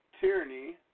tyranny